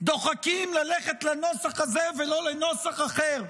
דוחקים ללכת לנוסח הזה ולא לנוסח אחר,